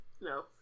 No